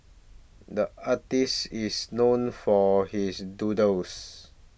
the artist is known for his doodles